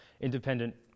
independent